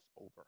over